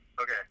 Okay